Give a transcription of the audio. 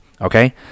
Okay